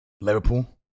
Liverpool